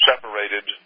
separated